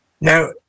Now